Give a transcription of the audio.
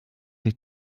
sich